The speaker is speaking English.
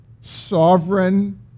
sovereign